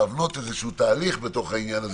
להבנות איזשהו תהליך בתוך העניין הזה,